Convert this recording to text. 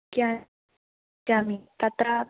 क्या चामि तत्र